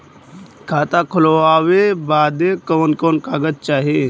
खाता खोलवावे बादे कवन कवन कागज चाही?